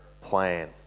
plan